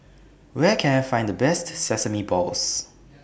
Where Can I Find The Best Sesame Balls